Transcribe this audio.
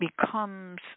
becomes